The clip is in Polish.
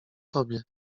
tobie